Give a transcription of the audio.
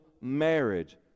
marriage